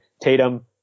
Tatum